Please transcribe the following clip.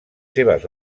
seves